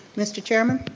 mr. chairman,